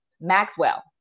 Maxwell